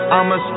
I'ma